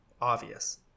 obvious